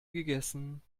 gegessen